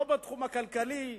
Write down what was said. לא בתחום הכלכלי,